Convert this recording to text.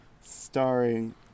Starring